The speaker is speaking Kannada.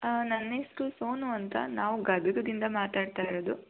ನನ್ನ ಹೆಸರು ಸೋನು ಅಂತ ನಾವು ಗದಗದಿಂದ ಮಾತಾಡ್ತಾ ಇರೋದು